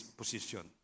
position